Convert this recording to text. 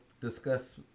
discuss